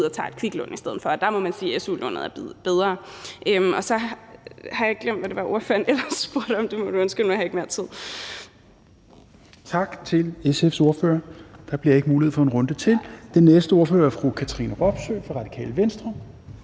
og tager et kviklån i stedet for. Der må man sige, at su-lånet er bedre. Og så har jeg glemt, hvad det var, ordføreren ellers spurgte om – det må du undskylde – og nu har jeg ikke mere tid. Kl. 16:37 Fjerde næstformand (Rasmus Helveg Petersen): Tak til SF's ordfører. Der bliver ikke mulighed for en runde til. Den næste ordfører er fru Katrine Robsøe fra Radikale Venstre.